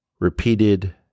repeated